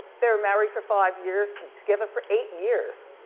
they were married for five years, together for eight years.